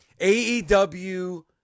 AEW